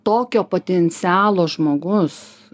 tokio potencialo žmogus